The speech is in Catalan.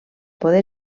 poder